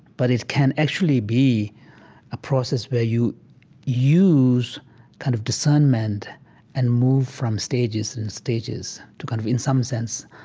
but it can actually be a process where you use kind of discernment and move from stages and stages to kind of, in some sense,